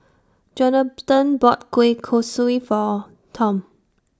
Johathan bought Kueh Kaswi For Tom